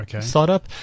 startup